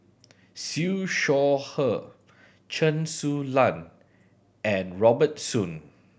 Siew Shaw Her Chen Su Lan and Robert Soon